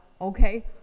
okay